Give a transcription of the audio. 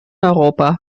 europa